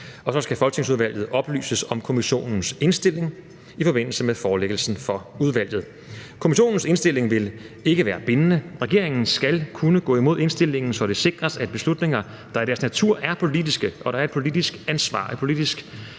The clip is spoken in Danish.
så skal folketingsudvalget oplyses om kommissionens indstilling i forbindelse med forelæggelsen for udvalget. Kommissionens indstilling vil ikke være bindende. Regeringen skal kunne gå imod indstillingen, så det sikres, at beslutninger, der i deres natur er politiske – og der er et politisk ansvar